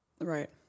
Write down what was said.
Right